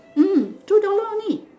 hmm two dollar only